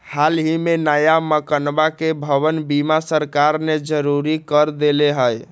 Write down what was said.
हल ही में नया मकनवा के भवन बीमा सरकार ने जरुरी कर देले है